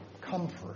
comfort